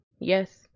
Yes